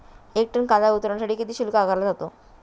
एक टन कांदा उतरवण्यासाठी किती शुल्क आकारला जातो?